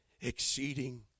Exceeding